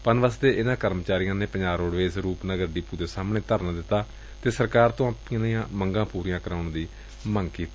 ਪਨਬੱਸ ਦੇ ਇਨੁਾਂ ਕਰਮਚਾਰੀਆਂ ਨੇ ਪੰਜਾਬ ਰੋਡਵੇਜ਼ ਰਪਨਗਰ ਡਿਪ ਦੇ ਸਾਹਮਣੇ ਧਰਨਾ ਦਿਤਾ ਅਤੇ ਸਰਕਾਰ ਤੋਂ ਆਪਣੀ ਮੰਗਾਂ ਪਰੀਆਂ ਕਰਨ ਦੀ ਮੰਗ ਕੀਤੀ